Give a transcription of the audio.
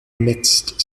amidst